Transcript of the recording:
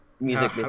music